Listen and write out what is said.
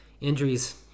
Injuries